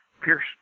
Pierce